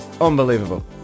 unbelievable